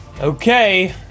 Okay